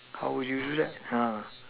how would you do that ha